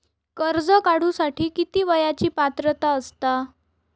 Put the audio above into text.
कर्ज काढूसाठी किती वयाची पात्रता असता?